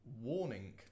Warning